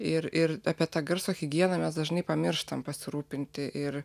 ir ir apie tą garso higieną mes dažnai pamirštam pasirūpinti ir